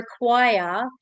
require